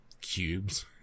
cubes